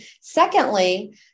secondly